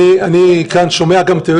אני רוצה לראות איך זה יקרה, אבל אופציה קיימת.